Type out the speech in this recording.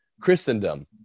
Christendom